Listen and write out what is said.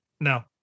no